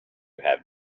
have